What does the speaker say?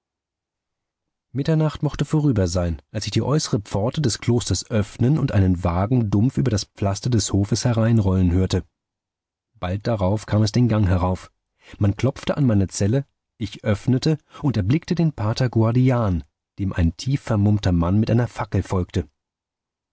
mitternacht mochte vorüber sein als ich die äußere pforte des klosters öffnen und einen wagen dumpf über das pflaster des hofes hereinrollen hörte bald darauf kam es den gang herauf man klopfte an meine zelle ich öffnete und erblickte den pater guardian dem ein tief vermummter mann mit einer fackel folgte